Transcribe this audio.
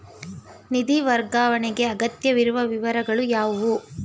ನಿಧಿ ವರ್ಗಾವಣೆಗೆ ಅಗತ್ಯವಿರುವ ವಿವರಗಳು ಯಾವುವು?